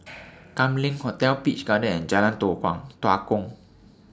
Kam Leng Hotel Peach Garden and Jalan Tua Tua Kong